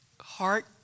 heart